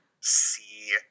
see